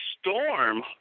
storm